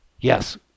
Yes